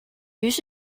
于是